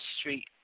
Street